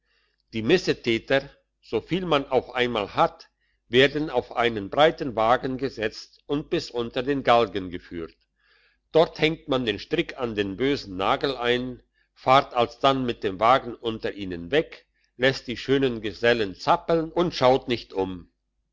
die missetäter soviel man auf einmal hat werden auf einen breiten wagen gesetzt und bis unter den galgen geführt dort hängt man den strick in den bösen nagel ein fahrt alsdann mit dem wagen unter ihnen weg lässt die schönen gesellen zappeln und schaut nicht um